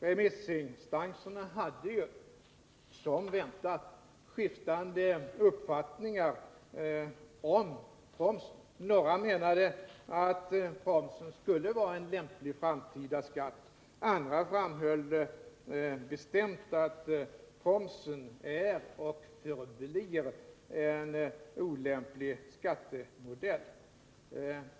Remissinstanserna hade som väntat skiftande uppfattningar om promsen. Några menade att promsen skulle vara en lämplig framtida skatt, andra framhöll bestämt att promsen är och förblir en olämplig skattemodell.